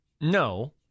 No